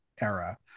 era